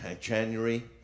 January